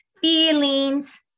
feelings